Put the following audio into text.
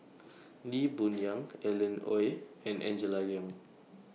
Lee Boon Yang Alan Oei and Angela Liong